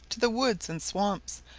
to the woods and swamps,